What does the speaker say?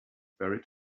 buried